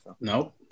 Nope